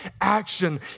action